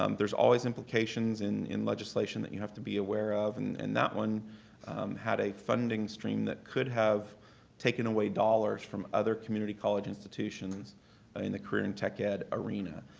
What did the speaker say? um there's always implications in in legislation that you have to be aware of and and that one had a funding stream that could have taken away dollars from other community college institutions ah in the career and tech ed arena.